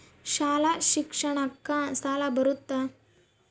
ಶಾಲಾ ಶಿಕ್ಷಣಕ್ಕ ಸಾಲ ಬರುತ್ತಾ?